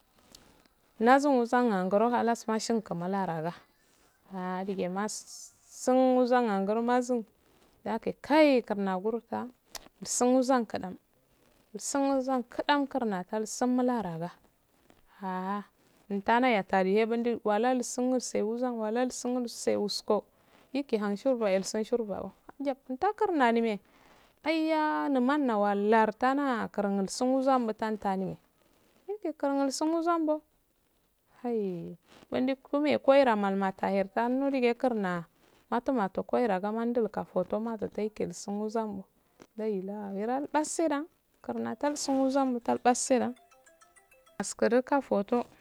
nazu muzan angoro kalas mashinku mula caga ah dige masan wuzan angro mazum haki kai kurnagur do ulsuu wuzan haki kai kurnagur do ulsun wuzan kudum ulsuu wuzan kudan kurnata ulsumularaga ha inta yatahel wal ulsan wase wusan wala ulsun wase wusko ike han shurbaye ulsun wa ajab na kurna nam ulsun wuzan natan tanimin grum ulsun wazando ay kai kuime koiram malum mataher sannu dige gu kurna mata mafa koiraga malnunda foto mato kaito sul wozan tal paseda askodo ka foto.